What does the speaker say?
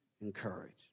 encourage